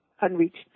unreached